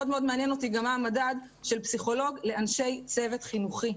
מאוד מאוד מעניין אותי גם מה המדד של פסיכולוג לאנשי צוות חינוכי,